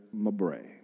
Mabray